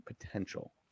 potential